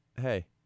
Hey